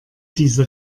diese